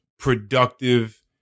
productive